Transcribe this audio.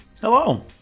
Hello